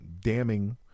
damning